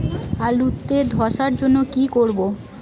আলুতে ধসার জন্য কি করব?